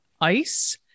ice